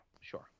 sure